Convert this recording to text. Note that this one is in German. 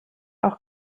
auch